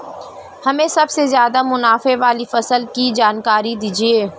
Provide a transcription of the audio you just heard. हमें सबसे ज़्यादा मुनाफे वाली फसल की जानकारी दीजिए